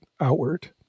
outward